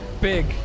big